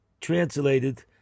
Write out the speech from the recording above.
translated